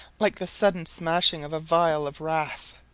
like the sudden smashing of a vial of wrath.